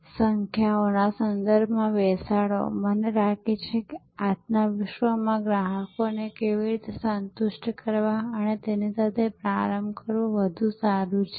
અને મને લાગે છે કે આ સમગ્ર પ્રક્રિયાના આધારે હવે પ્રખ્યાત ફિલ્મો પણ આવી છે મને લાગે છે કે ગયા વર્ષે આવેલી એક ઉત્તમ ફિલ્મ લંચ બોક્સ હતી